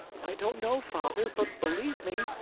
i don't know, father, but believe me,